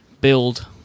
build